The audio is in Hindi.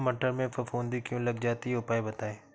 मटर में फफूंदी क्यो लग जाती है उपाय बताएं?